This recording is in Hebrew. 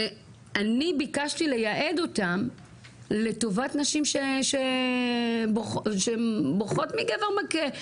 ואני ביקשתי לייעד אותן לטובת נשים שבורחות מגבר מכה,